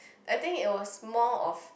I think it was more of